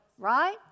Right